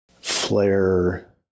flare